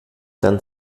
dann